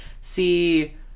see